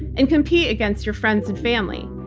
and compete against your friends and family.